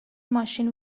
ماشین